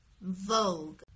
Vogue